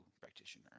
practitioner